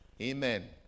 Amen